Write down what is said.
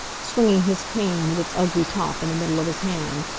swinging his cane, with its ugly top, in the middle of his hand.